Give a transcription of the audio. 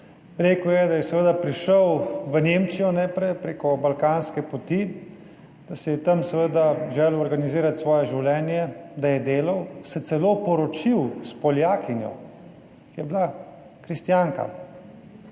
Rekel je, da je seveda prišel v Nemčijo najprej preko balkanske poti, da si je tam seveda želel organizirati svoje življenje, da je delal, se celo poročil s Poljakinjo, ki je bila kristjanka,